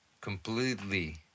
completely